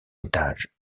étages